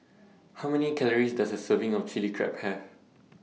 How Many Calories Does A Serving of Chilli Crab Have